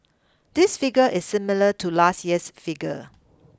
this figure is similar to last year's figure